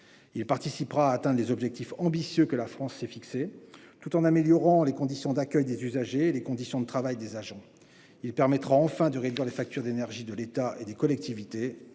Il contribuera à l'atteinte des objectifs ambitieux que la France s'est fixés, tout en améliorant les conditions d'accueil des usagers et les conditions de travail des agents. Enfin, il permettra de réduire les factures d'énergie de l'État et des collectivités